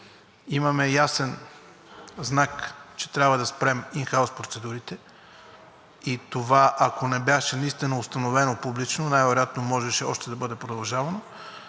Имаме ясен знак, че трябва да спрем ин хаус процедурите, и това, ако не беше наистина установено публично, най вероятно можеше още да бъде продължавано.